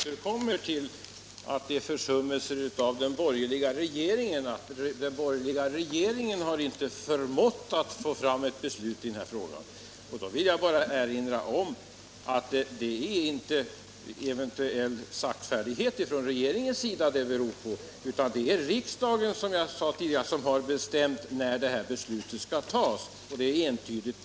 Herr talman! Herr Andersson i Lycksele återkommer till att det här är fråga om en försummelse av den borgerliga regeringen, att den borgerliga regeringen inte förmått få fram ett beslut i denna fråga. Jag vill då erinra om att detta inte beror på någon eventuell saktfärdighet från regeringens sida, utan det är riksdagen som -— vilket jag tidigare påpekat — har bestämt när det här beslutet skall fattas. På den punkten är det entydigt.